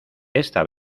esta